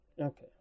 Okay